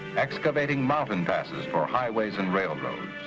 excavating mountain passes for highways and railroads.